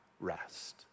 rest